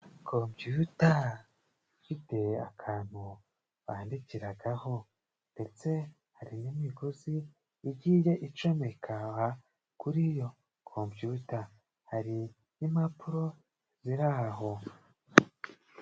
Kompiyuta ifite akantu bandikiragaho, ndetse hari n'imigozi igiye icomekwa kuri iyo kompiyuta. Hari n'impapuro ziri aho.